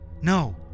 No